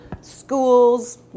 schools